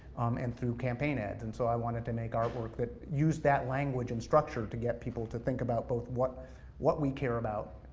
and through campaign ads, and so i wanted to make art work that used that language and structure to get people to think about both what what we care about,